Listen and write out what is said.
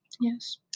Yes